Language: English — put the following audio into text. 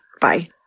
Bye